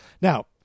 Now